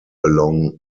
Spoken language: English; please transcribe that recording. along